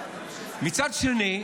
מצד שני,